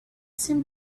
seemed